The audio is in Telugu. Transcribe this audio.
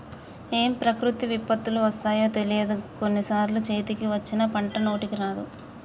ఏం ప్రకృతి విపత్తులు వస్తాయో తెలియదు, కొన్ని సార్లు చేతికి వచ్చిన పంట నోటికి రాదు